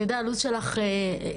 אני יודע הלו"ז שלך מפוצץ,